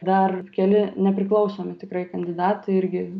dar keli nepriklausomi tikrai kandidatai irgi